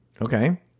Okay